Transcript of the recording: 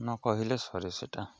ନ କହିଲେ ସରେ ସେଇଟା